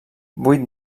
vuit